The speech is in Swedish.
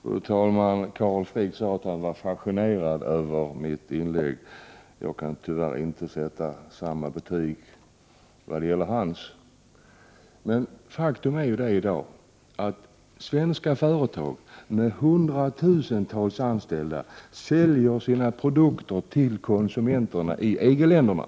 Fru talman! Carl Frick sade att han var fascinerad över mitt inlägg. Tyvärr kan jag inte sätta samma betyg vad gäller hans. Faktum är att svenska företag med hundratusentals anställda säljer sina produkter till konsumenterna i EG-länderna.